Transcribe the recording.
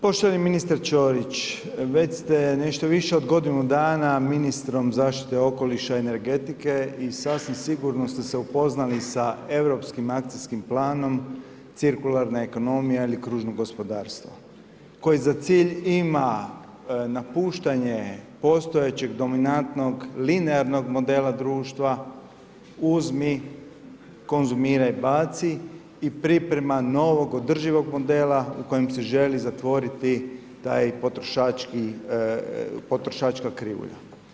Poštovani ministre Čorić, već ste nešto više od godinu dana ministrom zaštite okoliša i energetike i sasvim sigurno ste se upoznali sa europskim akcijskim planom cirkularna ekonomija ili kružno gospodarstvo koje za cilj ima napuštanje postojećeg dominantnog linearnog modela društva uzmi, konzumiraj, baci i priprema novog održivog modela u kojem se želi zatvoriti taj potrošačka krivulja.